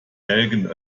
nelken